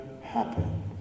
happen